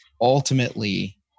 ultimately